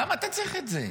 למה אתה צריך את זה?